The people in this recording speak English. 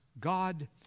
God